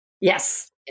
Yes